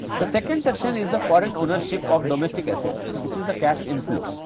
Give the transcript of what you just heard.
the second section is the foreign ownership of domestic assets which is the cash inflow.